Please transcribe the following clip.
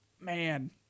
Man